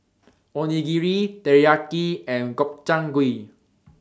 Onigiri Teriyaki and Gobchang Gui